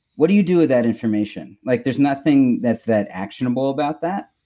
what do you do with that information? like there's nothing that's that actionable about that.